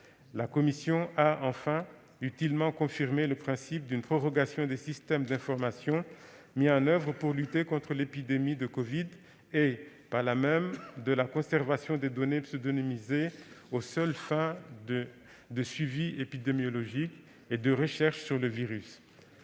La commission a enfin utilement confirmé le principe d'une prorogation des systèmes d'information mis en oeuvre pour lutter contre l'épidémie de covid-19 et, par là même, de la conservation des données pseudonymisées aux seules fins de suivi épidémiologique et de recherche sur le virus.